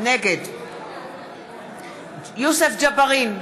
נגד יוסף ג'בארין,